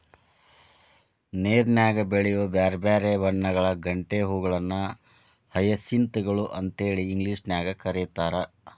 ನೇರನ್ಯಾಗ ಬೆಳಿಯೋ ಬ್ಯಾರ್ಬ್ಯಾರೇ ಬಣ್ಣಗಳ ಗಂಟೆ ಹೂಗಳನ್ನ ಹಯಸಿಂತ್ ಗಳು ಅಂತೇಳಿ ಇಂಗ್ಲೇಷನ್ಯಾಗ್ ಕರೇತಾರ